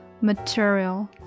Material